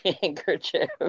handkerchief